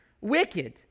wicked